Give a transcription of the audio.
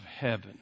heaven